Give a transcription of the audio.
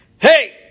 Hey